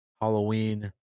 Halloween